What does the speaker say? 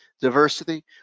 diversity